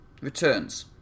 returns